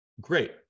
Great